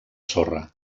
sorra